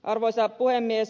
arvoisa puhemies